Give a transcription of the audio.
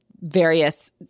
various